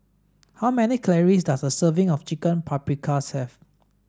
how many calories does a serving of Chicken Paprikas have